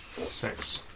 Six